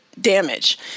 Damage